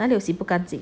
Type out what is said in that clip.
那里有洗不干净